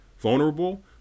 vulnerable